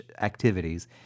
activities